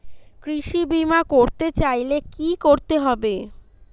কৃষি বিমা করতে চাইলে কি করতে হবে?